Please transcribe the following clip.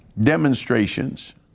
demonstrations